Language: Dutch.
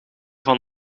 van